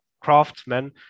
craftsmen